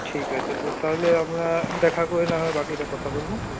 ঠিক আছে তো তাহলে আমরা দেখা করে না হয় বাকিটা কথা বলবো